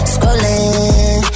Scrolling